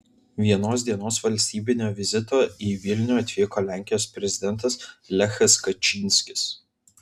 vienos dienos valstybinio vizito į vilnių atvyko lenkijos prezidentas lechas kačynskis